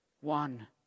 One